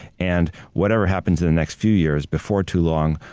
and whatever happens in the next few years, before too long,